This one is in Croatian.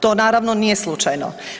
To naravno nije slučajno.